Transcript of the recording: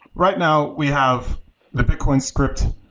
right now, we have the bitcoin script,